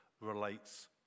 relates